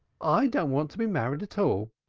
i don't want to be married at all.